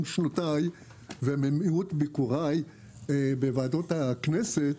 שנותיי וממיעוט ביקוריי בוועדות הכנסת,